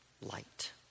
light